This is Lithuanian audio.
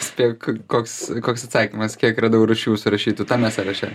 spėk k koks koks atsakymas kiek radau rūšių surašytų tame sąraše